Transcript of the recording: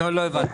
לא הבנתי.